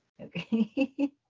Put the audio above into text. Okay